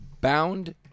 bound